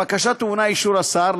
הבקשה טעונה אישור השר,